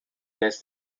less